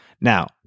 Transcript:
Now